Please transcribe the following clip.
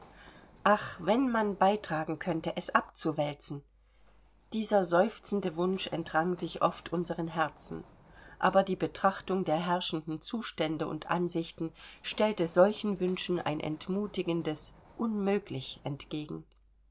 ach wenn man beitragen könnte es abzuwälzen dieser seufzende wunsch entrang sich oft unseren herzen aber die betrachtung der herrschenden zustände und ansichten stellte solchen wünschen ein entmutigendes unmöglich entgegen